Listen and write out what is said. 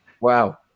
Wow